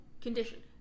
condition